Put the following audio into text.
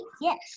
Yes